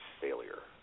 failure